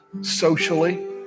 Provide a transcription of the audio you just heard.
socially